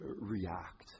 react